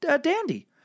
Dandy